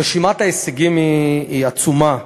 רשימת ההישגים היא עצומה.